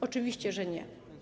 Oczywiście, że nie.